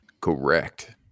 correct